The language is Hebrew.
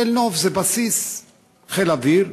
תל-נוף זה בסיס חיל אוויר,